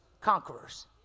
conquerors